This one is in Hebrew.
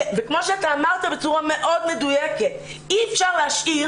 וכמו שאמרת בצורה מאוד מדויקת: אי אפשר להשאיר